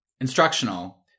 instructional